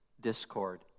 discord